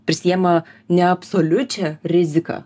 prisiema ne absoliučią riziką